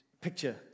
picture